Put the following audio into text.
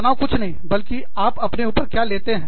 तनाव कुछ नहीं बल्कि आप अपने ऊपर क्या लेते हैं